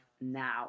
now